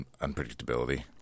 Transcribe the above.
unpredictability